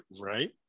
right